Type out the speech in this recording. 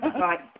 right